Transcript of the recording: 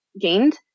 gained